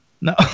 no